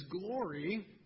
glory